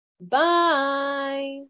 Bye